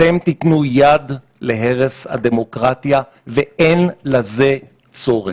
אתם תתנו יד להרס הדמוקרטיה, ואין בזה צורך.